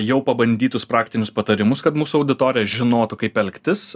jau pabandytus praktinius patarimus kad mūsų auditorija žinotų kaip elgtis